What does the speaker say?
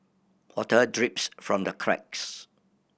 water drips from the cracks